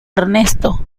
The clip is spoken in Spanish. ernesto